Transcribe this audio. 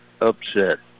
upset